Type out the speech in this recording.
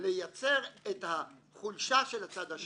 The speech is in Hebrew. לייצר את החולשה של הצד השני.